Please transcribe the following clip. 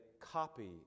copy